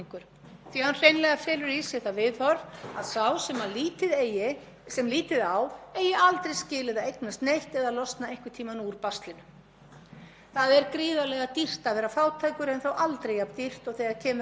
Það er gríðarlega dýrt að vera fátækur en þó aldrei jafn dýrt og þegar kemur að því að vera neyddur í gildru óhagstæðasta lánsforms sem til er á jörðinni sem tryggir að þú komist aldrei í betri stöðu í lífinu.